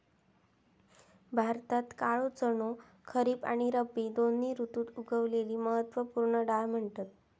भारतात काळो चणो खरीब आणि रब्बी दोन्ही ऋतुत उगवलेली महत्त्व पूर्ण डाळ म्हणतत